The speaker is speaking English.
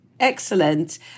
Excellent